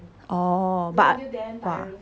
oh but but